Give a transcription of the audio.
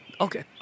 Okay